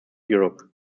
europe